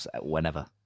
whenever